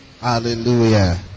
hallelujah